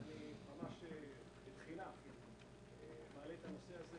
אני מודע לזה שהרבה פרויקטים לא מתבצעים,